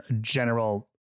general